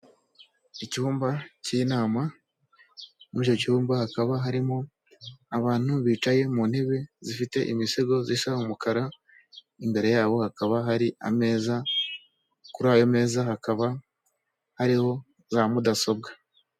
Icyumba cy'inama, muri icyo cyumba hakaba harimo abantu bicaye mu ntebe zifite imisego zisa umukara, imbere yabo hakaba hari ameza, kuri ayo meza hakaba hariho za mudasobwa.